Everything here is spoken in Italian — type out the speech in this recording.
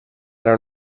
era